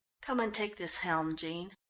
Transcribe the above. come and take this helm, jean.